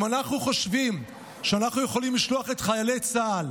אם אנחנו חושבים שאנחנו יכולים לשלוח את חיילי צה"ל